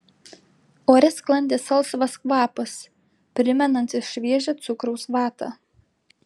ore sklandė salsvas kvapas primenantis šviežią cukraus vatą